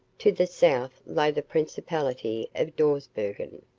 to the south lay the principality of dawsbergen,